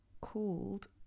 called